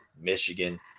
Michigan